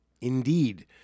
Indeed